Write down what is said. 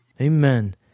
Amen